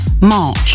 March